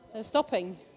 stopping